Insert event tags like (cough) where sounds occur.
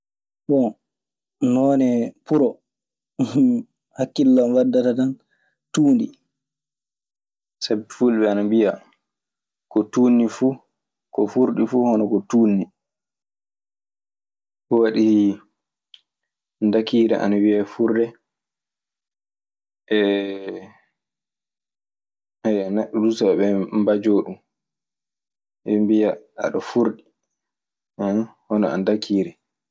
Bon, noone puro hakille an waddata tan, tuundi. Sabi fulɓe ana mbiya "ko tuunni fuu, ko furɗi fuu hono ko tuunni." Ɗun waɗii ndakiiri ana wiyee furde. (hesitation) Neɗɗo duu so ɓe mbajoo ɗun, ɓe mbiya aɗe furɗi hono a ndakiiri.